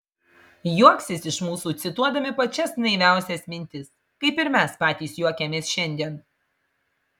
juoksis iš mūsų cituodami pačias naiviausias mintis kaip ir mes patys juokiamės šiandien